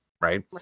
Right